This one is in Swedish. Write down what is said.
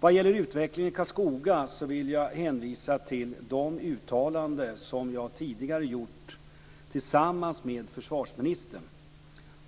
Vad gäller utvecklingen i Karlskoga vill jag hänvisa till de uttalanden som jag tidigare gjort tillsammans med försvarsministern.